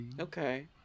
Okay